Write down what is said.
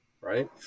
right